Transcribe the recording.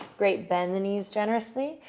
great. bend the knees generously,